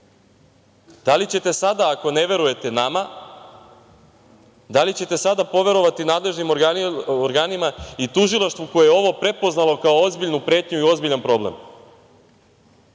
Da li ćete sada, ako ne verujete nama, poverovati nadležnim organima i tužilaštvu koje je ovo prepoznalo kao ozbiljnu pretnju i ozbiljan problem? Ako